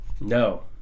No